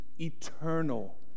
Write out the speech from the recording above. Eternal